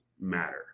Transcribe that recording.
matter